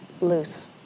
loose